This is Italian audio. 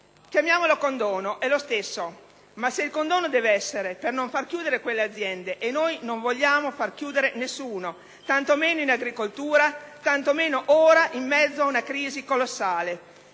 Chiamiamola condono: è lo stesso. Ma se condono deve essere per non far chiudere quelle aziende - e noi non vogliamo far chiudere nessuno, tanto meno in agricoltura, tanto meno ora, nel mezzo di una crisi colossale